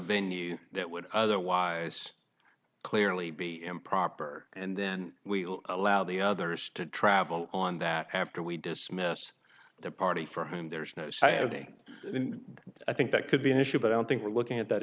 venue that would otherwise clearly be improper and then we'll allow the others to travel on that after we dismiss the party for him there's no saturday i think that could be an issue but i don't think we're looking at that